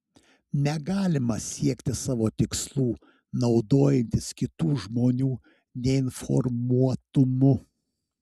negalima siekti savo tikslų naudojantis kitų žmonių neinformuotumu